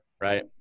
Right